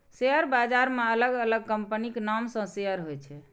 share बाजार मे अलग अलग कंपनीक नाम सं शेयर होइ छै